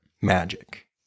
Magic